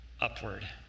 upward